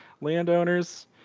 landowners